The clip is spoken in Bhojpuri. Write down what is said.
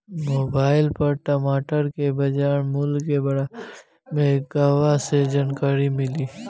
मोबाइल पर टमाटर के बजार मूल्य के बारे मे कहवा से जानकारी मिली?